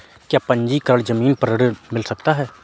क्या पंजीकरण ज़मीन पर ऋण मिल सकता है?